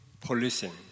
policing